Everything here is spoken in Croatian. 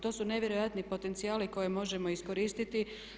To su nevjerojatni potencijali koje možemo iskoristiti.